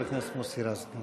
חבר הכנסת מוסי רז.